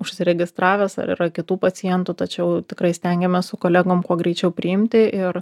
užsiregistravęs ar yra kitų pacientų tačiau tikrai stengiamės su kolegom kuo greičiau priimti ir